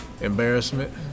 embarrassment